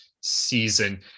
season